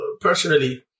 personally